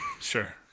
Sure